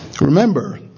remember